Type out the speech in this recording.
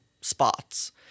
spots